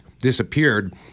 disappeared